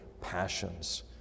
passions